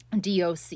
DOC